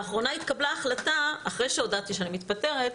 לאחרונה התקבלה החלטה, אחרי שהודעתי שאני מתפטרת,